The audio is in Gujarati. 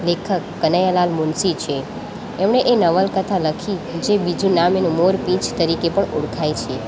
લેખક કનૈયાલાલ મુનશી છે એમણે એ નવલકથા લખી જે બીજું નામ એનું મોરપીંછ તરીકે પણ ઓળખાય છે